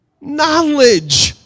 knowledge